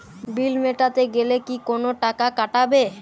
বিল মেটাতে গেলে কি কোনো টাকা কাটাবে?